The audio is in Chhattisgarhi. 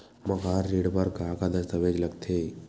मकान ऋण बर का का दस्तावेज लगथे?